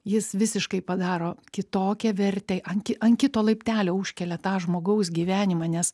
jis visiškai padaro kitokią vertę an ki ant kito laiptelio užkelia tą žmogaus gyvenimą nes